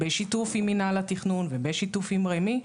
בשיתוף עם מינהל התכנון ובשיתוף עם רמ"י,